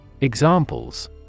Examples